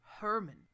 Herman